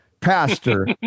Pastor